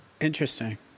Interesting